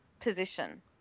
position